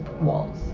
walls